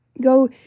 Go